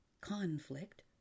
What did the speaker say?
conflict